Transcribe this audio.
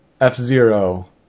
F-Zero